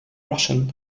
russian